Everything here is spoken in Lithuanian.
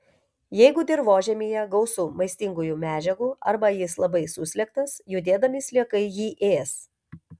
jeigu dirvožemyje gausu maistingųjų medžiagų arba jis labai suslėgtas judėdami sliekai jį ės